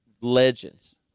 legends